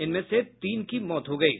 इनमें से तीन की मौत हो गयी